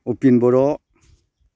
उपिन बर'